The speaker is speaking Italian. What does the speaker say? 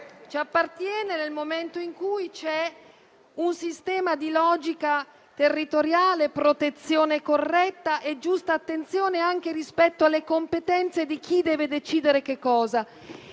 ci appartiene, nel momento in cui c'è un sistema di logica territoriale, protezione corretta e giusta attenzione anche rispetto alle competenze di chi deve decidere che cosa.